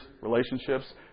relationships